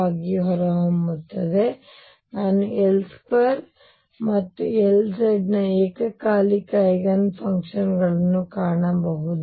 ಆಗಿ ಹೊರಹೊಮ್ಮುತ್ತದೆ ಹಾಗಾಗಿ ನಾನು L2 ಮತ್ತು Lz ನ ಏಕಕಾಲಿಕ ಐಗನ್ ಫಂಕ್ಷನ್ ಗಳನ್ನು ಕಾಣಬಹುದು